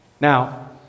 Now